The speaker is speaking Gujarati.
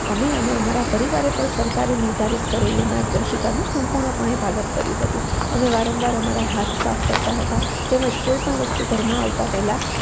અમે અને અમારા પરિવારે પણ સરકારે નિર્ધારિત કરેલી માર્ગદર્શિકાનું સંપૂર્ણપણે પાલન કર્યું હતું અમે વારંવાર અમારા હાથ સાફ કરતાં હતાં તેમજ કોઈ પણ વસ્તુ ઘરમાં આવતા પહેલાં